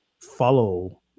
follow